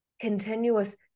continuous